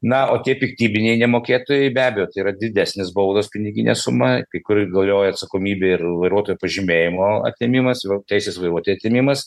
na o tie piktybiniai nemokėtojai be abejo tai yra didesnės baudos piniginė suma kai kur ir galioja atsakomybė ir vairuotojo pažymėjimo atėmimas teisės vairuoti atėmimas